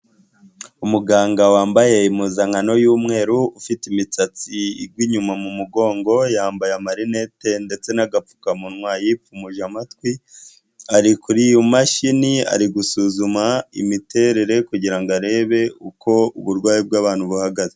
Umuganga wambaye impuzankano y'umweru ufite imisatsi igwa inyuma mu mugongo yambaye amarinete ndetse n'agapfukamunwa yipfumuje amatwi, ari kuri iyo mashini ari gusuzuma imiterere kugira ngo arebe uko uburwayi bw'abantu buhagaze.